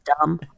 dumb